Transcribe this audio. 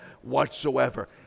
whatsoever